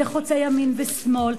זה חוצה ימין ושמאל,